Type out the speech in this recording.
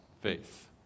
faith